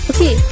Okay